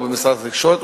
או במשרד התקשורת,